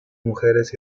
mujeres